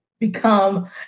Become